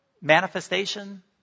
manifestation